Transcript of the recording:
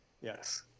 Yes